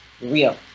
real